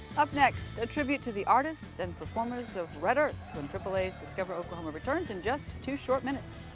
up next a tribute to the artists and performers of red earth when triple a's discover oklahoma returns in just two short minutes.